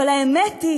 אבל האמת היא